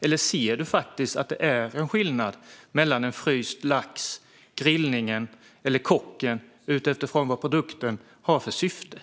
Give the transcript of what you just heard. Eller ser du att det faktiskt är skillnad mellan den frysta laxen, kocken eller den som grillar utifrån syftet med produkten?